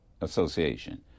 association